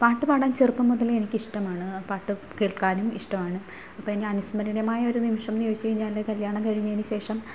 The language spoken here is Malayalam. പാട്ടുപാടാൻ ചെറുപ്പം മുതലേ എനിക്ക് ഇഷ്ടമാണ് പാട്ട് കേൾക്കാനും ഇഷ്ടമാണ് അപ്പോൾ ഇനി അനുസ്മരണീയമായ ഒരു നിമിഷമെന്ന് ചോദിച്ചു കഴിഞ്ഞാൽ കല്യാണം കഴിഞ്ഞതിന് ശേഷം